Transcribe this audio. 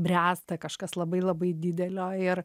bręsta kažkas labai labai didelio ir